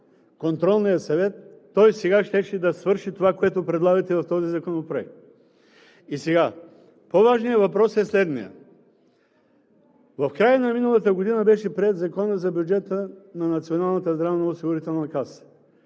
Контролния съвет, той сега щеше да свърши това, което предлагате в този законопроект. По-важният въпрос е следният: в края на миналата година беше приет Законът за бюджета на